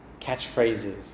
catchphrases